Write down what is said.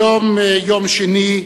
היום יום שני,